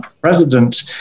president